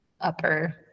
upper